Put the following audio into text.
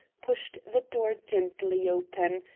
pushed the door gently open,